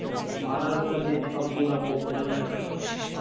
ম্যালাগুলা যে ছব গুলা কম্পালির টাকা পায়